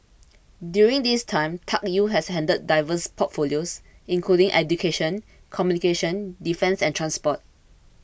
during this time Tuck Yew has handled diverse portfolios including education communications defence and transport